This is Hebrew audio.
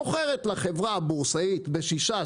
מוכרת לחברה הבורסאית בשישה,